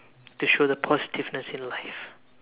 to show the positiveness in life